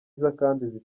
zitwaye